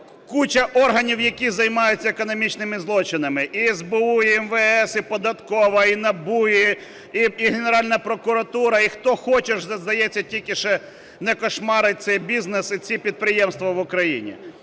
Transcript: куча органів, які займаються економічними злочинами, – і СБУ, і МВС, і податкова, і НАБУ, і Генеральна прокуратура, і хто хочеш, здається, тільки ще не "кошмарить" цей бізнес і ці підприємства в Україні.